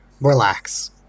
relax